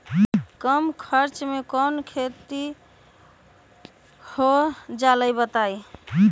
कम खर्च म कौन खेती हो जलई बताई?